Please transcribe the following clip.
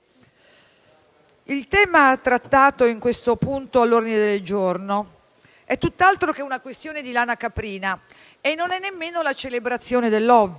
il tema trattato in questo punto dell'ordine del giorno è tutt'altro che una questione di lana caprina e non è nemmeno la celebrazione dell'ovvio.